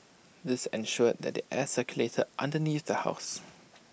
this ensured that the air circulated underneath the house